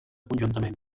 conjuntament